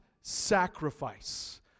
sacrifice